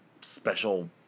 special